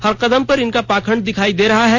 हर कदम पर इनका पाखंड दिख दे रहा है